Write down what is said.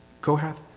Kohath